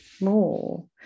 more